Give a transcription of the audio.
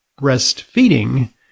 breastfeeding